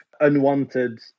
unwanted